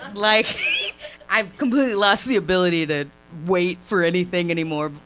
like i've completely lost the ability to wait for anything anymore,